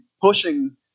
pushing